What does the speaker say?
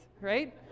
right